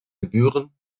gebühren